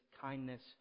kindness